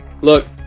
Look